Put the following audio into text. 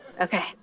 Okay